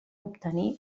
obtenir